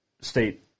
State